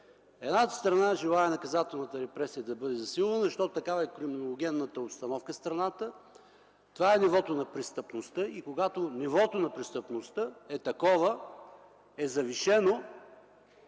Едната страна желае наказателната репресия да бъде засилвана, защото такава е криминогенната обстановка в страната. Това е нивото на престъпността. И когато нивото на престъпността е такова, е завишено,